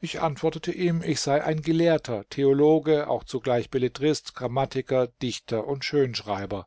ich antwortete ihm ich sei ein gelehrter theologe auch zugleich belletrist grammatiker dichter und schönschreiber